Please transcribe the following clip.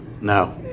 No